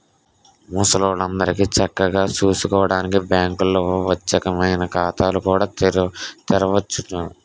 ముసలాల్లందరికీ చక్కగా సూసుకోడానికి బాంకుల్లో పచ్చేకమైన ఖాతాలు కూడా తెరవచ్చునట